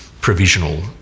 provisional